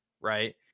Right